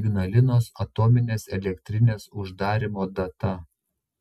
ignalinos atominės elektrinės uždarymo data